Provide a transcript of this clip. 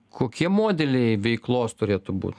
kokie modeliai veiklos turėtų būt